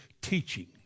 teaching